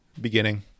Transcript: beginning